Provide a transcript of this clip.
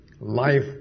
Life